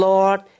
Lord